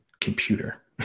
computer